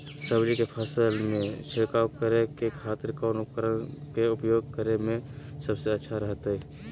सब्जी के फसल में छिड़काव करे के खातिर कौन उपकरण के उपयोग करें में सबसे अच्छा रहतय?